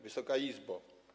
Wysoka Izbo!